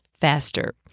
faster